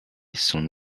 son